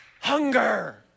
Hunger